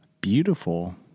beautiful